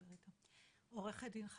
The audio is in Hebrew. שלום, אני עורכת דין.